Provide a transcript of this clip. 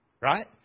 Right